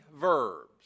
verbs